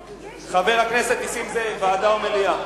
חבר הכנסת נסים זאב, ועדה או מליאה?